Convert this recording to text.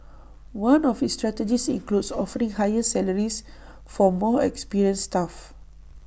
one of its strategies includes offering higher salaries for more experienced staff